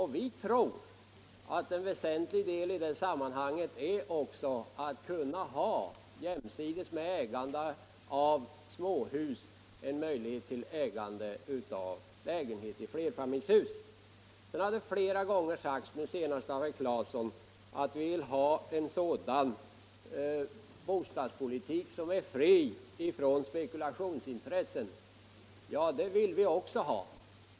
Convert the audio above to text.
Vi tror att en väsentlig sak i det sammanhanget är att man, jämsides med ägande av småhus, har möjlighet till ägande av lägenhet i flerfamiljshus. Det har flera gånger sagts, senast av herr Claeson, att man vill ha en bostadsmarknad som är fri från spekulationsintressen. Det vill vi också ha.